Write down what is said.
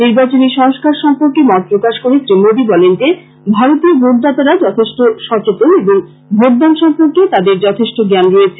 নির্বাচনী সংস্কার সম্পর্কে মত প্রকাশ করে শ্রী মোদী বলেন যে ভারতীয় ভোটদাতারা যথেষ্ট সচেতন এবং ভোটদান সম্পর্কে তাদের যথেষ্ট জ্ঞান রয়েছে